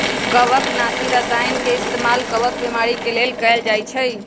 कवकनाशी रसायन के इस्तेमाल कवक बीमारी के लेल कएल जाई छई